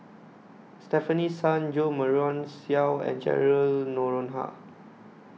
Stefanie Sun Jo Marion Seow and Cheryl Noronha